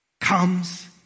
comes